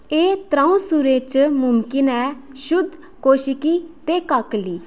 एह् त्र'ऊं सुरें च मुमकन ऐ शुद्ध कोशिकी ते काकली